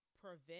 prevent